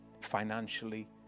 financially